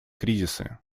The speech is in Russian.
кризисы